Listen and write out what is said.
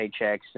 paychecks